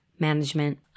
Management